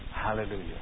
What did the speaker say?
hallelujah